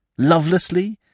lovelessly